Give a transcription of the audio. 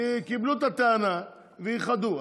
קיבלו את הטענה ואיחדו,